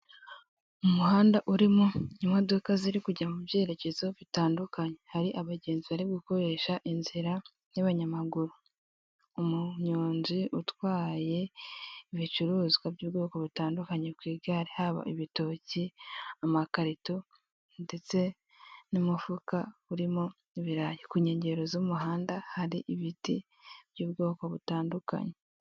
Umuhanda urimo imodoka ziri kujya mu byerekezo bitandukanye, hari abagenzi bari gukoresha inzira y'abanyamaguru. Umunyonzi utwaye ibicuruzwa by'ubwoko butandukanye ku igare, haba ibitoki, amakarito ndetse n'umufuka urimo ibirayi. Ku nkengero z'umuhanda hari ibiti by'ubwoko butandukanye.